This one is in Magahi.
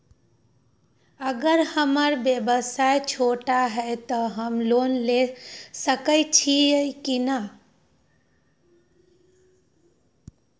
अगर हमर व्यवसाय छोटा है त हम लोन ले सकईछी की न?